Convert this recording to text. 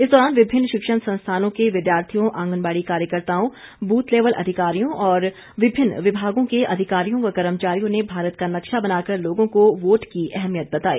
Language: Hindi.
इस दौरान विभिन्न शिक्षण संस्थानों के विद्यार्थियों आंगनबाड़ी कार्यकर्त्ताओं बूथ लेवल अधिकारियों और विभिन्न विभागों के अधिकारियों व कर्मचारियों ने भारत का नक्शा बनाकर लोगों को वोट की अहमियत बताई